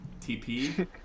TP